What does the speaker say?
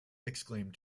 exclaimed